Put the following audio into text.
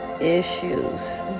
issues